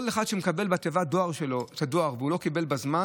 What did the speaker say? כל אחד שמקבל בתיבת הדואר שלו את הדואר והוא לא קיבל בזמן,